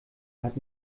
hat